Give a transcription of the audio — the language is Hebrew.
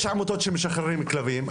יש עמותות שמשחררות כלבים,